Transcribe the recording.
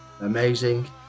amazing